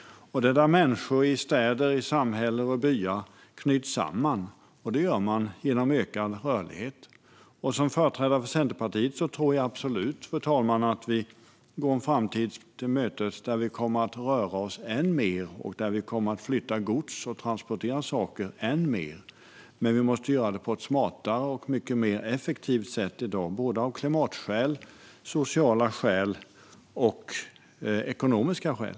Det är där människor i städer, samhällen och byar knyts samman. Det gör man genom ökad rörlighet. Som företrädare för Centerpartiet tror jag absolut, fru talman, att vi går en framtid till mötes där vi än mer kommer att röra oss och där vi än mer kommer att flytta gods och transportera saker. Men vi måste göra det på ett smartare och mer effektivt sätt av såväl klimatskäl som sociala och ekonomiska skäl.